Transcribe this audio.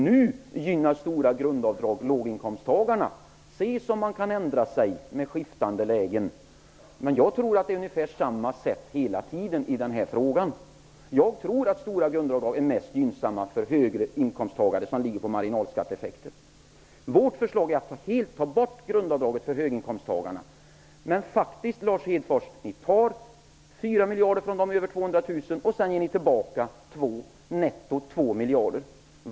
Nu gynner de i stället låginkomsttagarna. Se så man kan ändra sig allteftersom lägena skiftar! Jag tror att det är på ungefär samma sätt hela tiden i denna fråga, nämligen att stora grundavdrag är mest gynnsamma för högre inkomsttagare, som kan tillgodoräkna sig marginalskatteeffekter. Vårt förslag är att helt ta bort grundavdraget för höginkomsttagarna. Men, Lars Hedfors, ni vill ta 4 miljarder från dem som har över 200 000 kr i inkomst och vill ge tillbaka 2 miljarder. Nettoförlusten blir 2 miljarder.